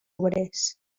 obrers